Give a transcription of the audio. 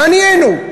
מה נהיינו?